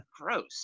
Gross